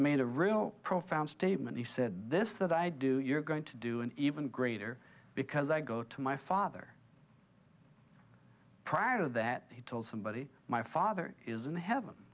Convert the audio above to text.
made a really profound statement he said this that i do you're going to do an even greater because i go to my father prior to that he told somebody my father is in heaven